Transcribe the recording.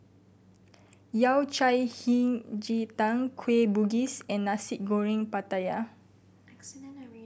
Yao Cai Hei Ji Tang Kueh Bugis and Nasi Goreng Pattaya